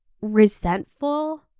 resentful